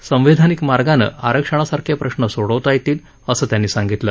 संवैधानिक मार्गानं आरक्षणासारखे प्रश्रं सोडवता येतील असं त्यांनी सांगितलं